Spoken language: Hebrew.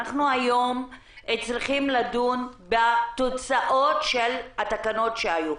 היום אנחנו צריכים לדון בתוצאות של התקנות שהיו.